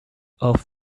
off